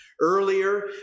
earlier